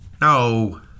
No